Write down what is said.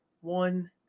one